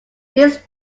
this